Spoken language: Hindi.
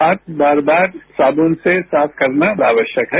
हाथ बार बार साबुन से साफ करना आवश्यक है